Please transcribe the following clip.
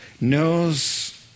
knows